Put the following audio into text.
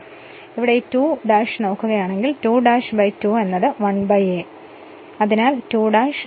ഇപ്പോൾ ഇവിടെ ഈ 2 ' നോക്കുകയാണെങ്കിൽ 2 ' 2 എന്നത് 1 a ന് തുല്യമാണ്